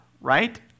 right